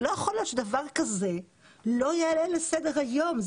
זה לא יכול להיות שדבר כזה לא יעלה לסדר היום.